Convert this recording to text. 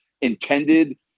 intended